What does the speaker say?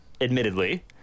admittedly